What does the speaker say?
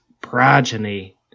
progeny